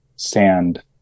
sand